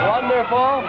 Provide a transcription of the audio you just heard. Wonderful